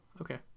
okay